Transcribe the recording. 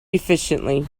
efficiently